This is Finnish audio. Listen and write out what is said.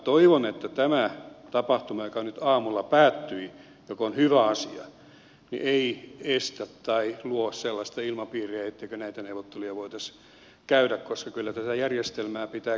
toivon että tämä tapahtuma joka nyt aamulla päättyi mikä on hyvä asia ei luo sellaista ilmapiiriä etteikö näitä neuvotteluja voitaisi käydä koska kyllä tätä järjestelmää pitää kehittää